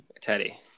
Teddy